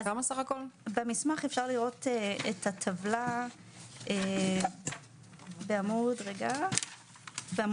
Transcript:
במסמך אפשר לראות את הטבלה בעמוד 6,